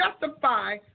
justify